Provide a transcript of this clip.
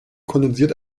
kondensiert